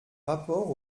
rapport